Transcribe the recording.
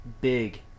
big